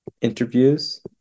interviews